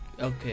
okay